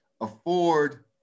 afford